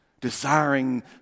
Desiring